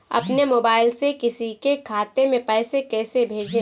अपने मोबाइल से किसी के खाते में पैसे कैसे भेजें?